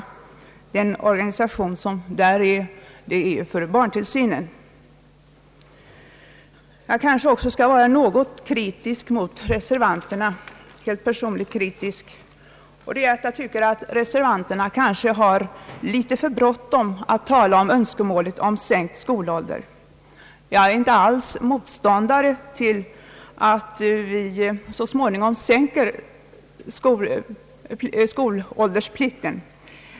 Den organisation som finns är för barntillsynen. Helt personligt är jag också kritisk mot reservanterna. Jag tycker att de kanske har litet för bråttom att tala om önskemålet om sänkt skolålder. Jag är inte motståndare till att vi småningom sänker skolåldern.